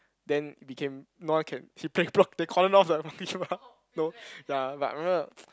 then it became no I can he play they cordoned off the Monkey Bar no ya but I remember